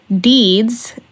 deeds